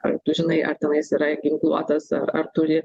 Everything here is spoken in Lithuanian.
ar tu žinai ar tenais yra yra ginkluotas ar ar turi